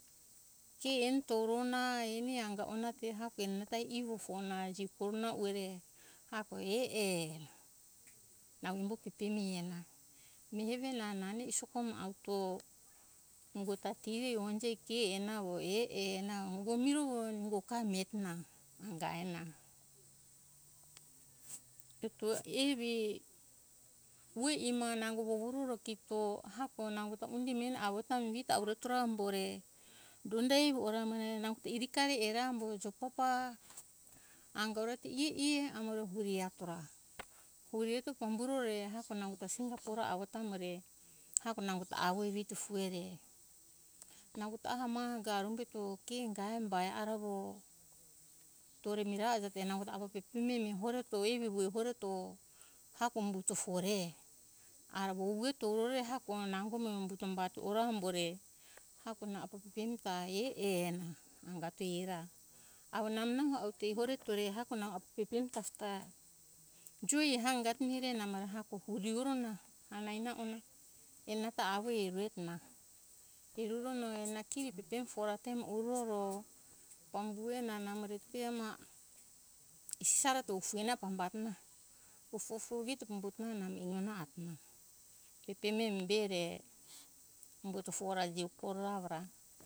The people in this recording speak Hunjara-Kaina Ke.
Ke eni torona eni anga ona te ehako enana ta ivu fona jikorona ue re ehako e e nango pepemi ena miheve na nane isoko mo auto ungo ta tiri honje ke ena avo e e na ungo miro nungo ga miretona anga ena eto evi voi ima nango vuroro kito ehako nango ta undi meni miretora avo be donda evi ora amore nau tiri kari era avo umbujo ba angere ta ie amore atora pure eto pamburo re ehako nau ta singa fora avo ta amore ehako nango ta avoi degi fue ere nango ta aha maha ga arumbeto ke ingae umbae aravo tore mira uja nango ta aha pepemi emi ehko ue evi horeto hako umbuto fore ara vovu eto torore hako nango mi umbuto ra hako amore hako eni ta ehe ena angati era avo nau aute ereto re ehako nau pepeni ta joie ha angari inderi namo ehako vuri oro na hanana ora enana ta avoi eretona eruro na kiri pepeni tefora te mo oruro mo pambue na namore te ma sisara ta ufue meni amo pambato na ufu ufu vito hito umbuto nau namei inono atona pepemi eni be re umbuto fora jikoro ra